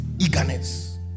eagerness